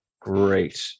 Great